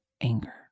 anger